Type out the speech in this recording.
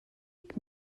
wake